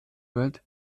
world